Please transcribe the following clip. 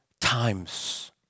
times